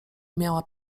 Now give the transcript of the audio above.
miała